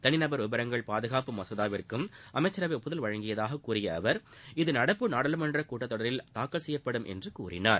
தனிநபர் விவரங்கள் பாதுகாப்பு மசோதாவிற்கும் அமைச்சரவை ஒப்புதல் வழங்கியதாக கூறிய அவர் இது நடப்பு நாடாளுமன்ற கூட்டத்தொடரில் தாக்கல் செய்யப்படும் என்றும் அமைச்சர் கூறினார்